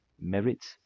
merits